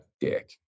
dick